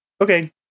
okay